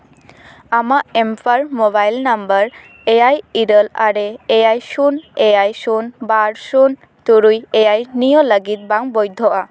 ᱟᱢᱟᱜ ᱮᱢᱯᱟᱨ mobile number ᱮᱭᱟᱭ ᱤᱨᱟᱹᱞ ᱟᱨᱮ ᱮᱭᱟᱭ ᱥᱩᱱ ᱮᱭᱟᱭ ᱥᱩᱱ ᱵᱟᱨ ᱥᱩᱱ ᱛᱩᱨᱩᱭ ᱮᱭᱟᱭ ᱱᱤᱭᱟᱹ ᱞᱟᱹᱜᱤᱫ ᱵᱟᱝ ᱵᱳᱭᱫᱷᱳᱜᱼᱟ